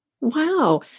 Wow